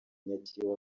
nyakiriba